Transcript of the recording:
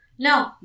No